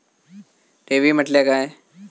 ठेवी म्हटल्या काय?